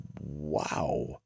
wow